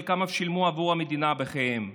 חלק אף שילמו עבור המדינה בחייהם,